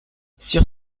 sur